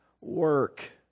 work